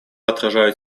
отражают